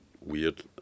weird